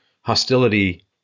hostility